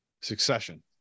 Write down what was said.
Succession